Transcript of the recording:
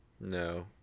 No